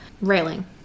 railing